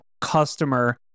customer